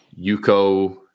Yuko